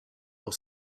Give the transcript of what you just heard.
was